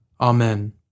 Amen